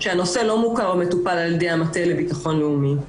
שהנושא לא מוכר או מטופל על ידי המטה לביטחון לאומי.